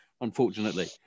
unfortunately